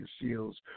Seals